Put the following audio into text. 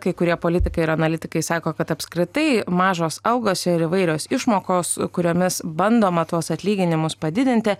kai kurie politikai ir analitikai sako kad apskritai mažos algos ir įvairios išmokos kuriomis bandoma tuos atlyginimus padidinti